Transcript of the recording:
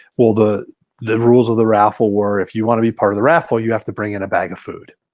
the the rules of the raffle were if you want to be part of the raffle, you have to bring in a bag of food.